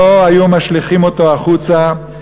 לא היו משליכים אותו החוצה,